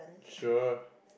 sure